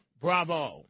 bravo